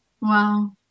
Wow